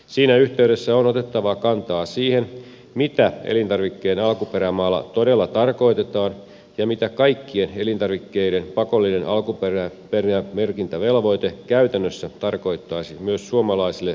siinä yhteydessä on otettava kantaa siihen mitä elintarvikkeen alkuperämaalla todella tarkoitetaan ja mitä kaikkien elintarvikkeiden pakollinen alkuperämerkintävelvoite käytännössä tarkoittaisi myös suomalaisille elintarvikealan toimijoille